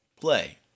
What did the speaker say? play